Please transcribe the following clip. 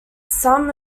some